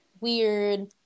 weird